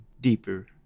deeper